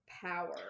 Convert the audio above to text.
power